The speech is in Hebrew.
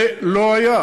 זה לא היה.